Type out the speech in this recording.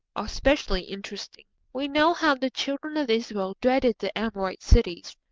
are specially interesting. we know how the children of israel dreaded the amorite cities.